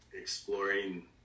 exploring